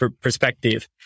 perspective